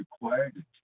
required